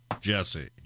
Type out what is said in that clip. Jesse